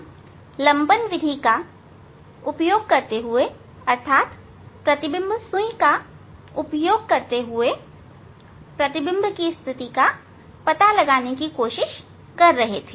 हम लंबन विधि का उपयोग करते हुए मतलब प्रतिबिंब सुई का उपयोग करते हुए प्रतिबिंब की स्थिति का पता लगाने की कोशिश कर रहे थे